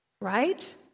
right